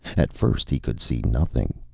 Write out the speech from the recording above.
at first he could see nothing.